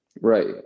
Right